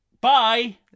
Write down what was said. Bye